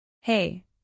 Hey